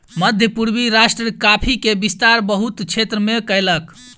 मध्य पूर्वी राष्ट्र कॉफ़ी के विस्तार बहुत क्षेत्र में कयलक